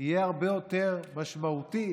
יהיה הרבה יותר משמעותי